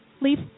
leave